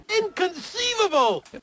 Inconceivable